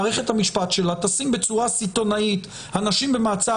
מערכת המשפט שלה תשים בצורה סיטונאית אנשים במעצר